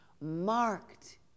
Marked